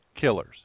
killers